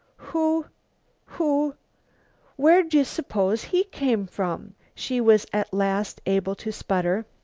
who who where'd you suppose he came from? she was at last able to sputter.